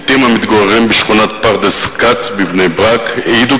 פליטים המתגוררים בשכונת פרדס-כץ בבני-ברק העידו